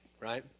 right